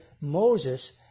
Moses